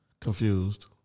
confused